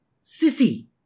sissy